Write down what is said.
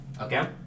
Okay